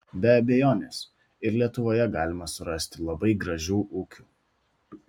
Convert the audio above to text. be abejonės ir lietuvoje galima surasti labai gražių ūkių